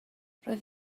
roedd